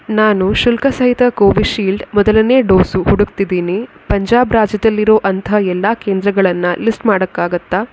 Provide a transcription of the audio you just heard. ನಾನು ಶುಲ್ಕ ಸಹಿತ ಕೋವಿ ಶೀಲ್ಡ್ ಮೊದಲನೇ ಡೋಸು ಹುಡುಕ್ತಿದ್ದೀನಿ ಪಂಜಾಬ್ ರಾಜ್ಯದಲ್ಲಿರೋ ಅಂಥ ಎಲ್ಲ ಕೇಂದ್ರಗಳನ್ನು ಲಿಸ್ಟ್ ಮಾಡೋಕ್ಕಾಗುತ್ತಾ